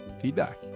feedback